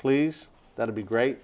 please that'd be great